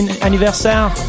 anniversaire